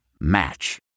Match